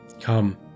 Come